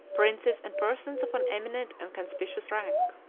princes, and persons of an eminent and conspicuous rank.